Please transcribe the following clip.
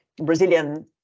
Brazilian